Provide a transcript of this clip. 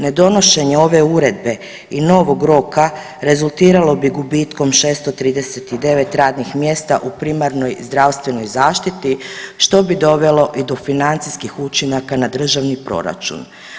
Ne donošenje ove uredbe i novog roka rezultiralo bi gubitkom 639 radnih mjesta u primarnoj i zdravstvenoj zaštiti, što bi dovelo i do financijskih učinaka na državni proračun.